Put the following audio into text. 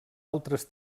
altres